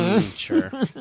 Sure